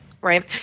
right